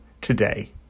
today